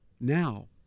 Now